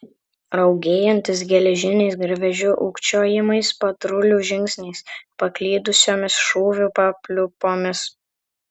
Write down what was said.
raugėjantis geležiniais garvežių ūkčiojimais patrulių žingsniais paklydusiomis šūvių papliūpomis